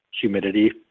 humidity